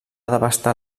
devastar